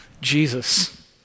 Jesus